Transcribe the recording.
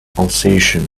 alsatian